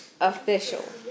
official